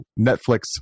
netflix